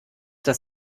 das